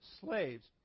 slaves